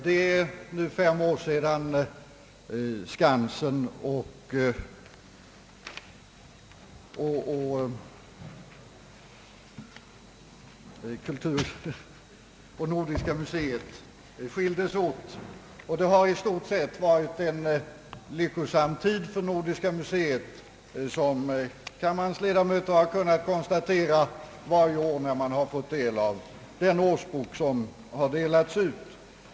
Herr talman! Det är nu fem år sedan Skansen och Nordiska museet skildes åt. Det har i stort sett varit en lyckosam tid för Nordiska museet, vilket kammarens ledamöter har kunnat konstatera varje år när man fått del av den årsbok som delats ut.